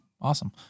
Awesome